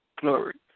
Glory